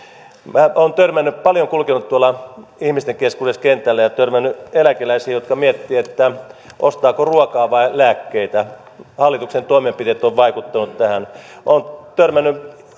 minä olen paljon kulkenut tuolla ihmisten keskuudessa kentällä ja törmännyt eläkeläisiin jotka miettivät ostavatko ruokaa vai lääkkeitä hallituksen toimenpiteet ovat vaikuttaneet tähän olen törmännyt